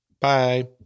Bye